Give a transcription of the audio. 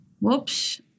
whoops